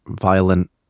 violent